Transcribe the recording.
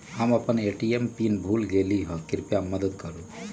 हम अपन ATM PIN भूल गेली ह, कृपया मदत करू